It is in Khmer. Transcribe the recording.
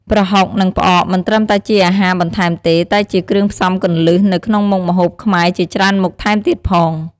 ប្រហុក និងផ្អក មិនត្រឹមតែជាអាហារបន្ថែមទេ តែជា គ្រឿងផ្សំគន្លឹះ នៅក្នុងមុខម្ហូបខ្មែរជាច្រើនមុខថែមទៀតផង។